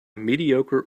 mediocre